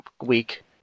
week